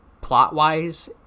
plot-wise